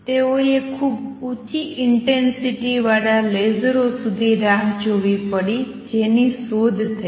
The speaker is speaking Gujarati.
તેઓએ ખૂબ ઉચી ઇંટેંસિટીવાળા લેસરો સુધી રાહ જોવી પડી હતી જેની શોધ થઈ